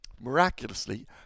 Miraculously